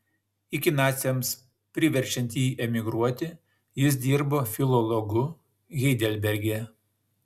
iki naciams priverčiant jį emigruoti jis dirbo filologu heidelberge